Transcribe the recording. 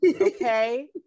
okay